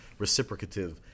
reciprocative